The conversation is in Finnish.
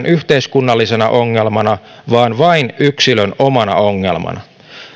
yhteiskunnallisena ongelmana vaan vain yksilön omana ongelmana